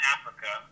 Africa